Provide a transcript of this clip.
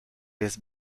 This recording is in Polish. jest